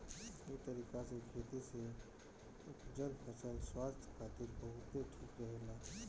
इ तरीका से खेती से उपजल फसल स्वास्थ्य खातिर बहुते ठीक रहेला